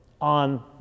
on